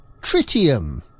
Tritium